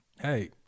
hey –